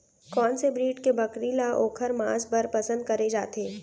कोन से ब्रीड के बकरी ला ओखर माँस बर पसंद करे जाथे?